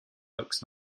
looks